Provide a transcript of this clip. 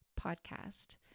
podcast